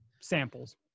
samples